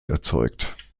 erzeugt